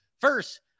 first